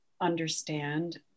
understand